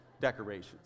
decorations